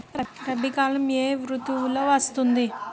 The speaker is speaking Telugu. రబీ కాలం ఏ ఋతువులో వస్తుంది?